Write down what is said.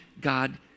God